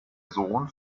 sohn